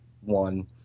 one